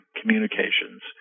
communications